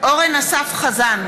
אורן אסף חזן,